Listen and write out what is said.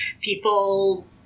people